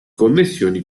connessioni